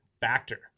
Factor